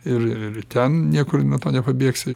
ir ten niekur nuo to nepabėgsi